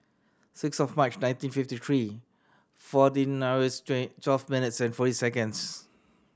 six of March nineteen fifty three fourteen hours twelve minutes and forty seconds